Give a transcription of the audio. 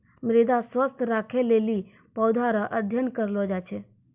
मृदा स्वास्थ्य राखै लेली पौधा रो अध्ययन करलो जाय छै